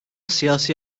siyasi